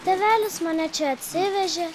tėvelis mane čia atsivežė